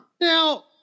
Now